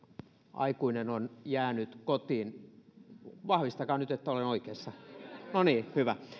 aikuinen on jäänyt kotiin vahvistakaa nyt että olen oikeassa no niin hyvä